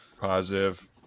Positive